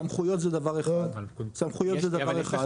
סמכויות זה דבר אחד --- אבל יש לך